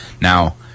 Now